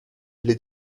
les